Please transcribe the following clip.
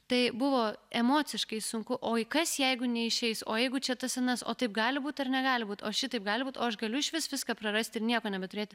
tai buvo emociškai sunku oi kas jeigu neišeis o jeigu čia tas anas o taip gali būti ar negali būti o šitaip gali būti o aš galiu išvis viską prarasti ir nieko nebeturėti